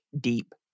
deep